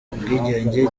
ubwigenge